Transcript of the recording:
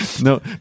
no